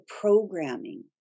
programming